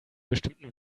bestimmten